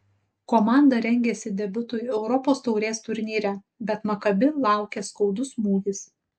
komanda rengėsi debiutui europos taurės turnyre bet makabi laukė skaudus smūgis